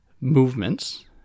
movements